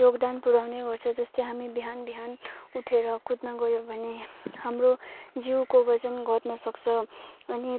योगदान पुऱ्याउने गर्छ जस्तै हामी बिहान बिहान उठेर कुद्न गयो भने हाम्रो जिउको वजन घट्न सक्छ अनि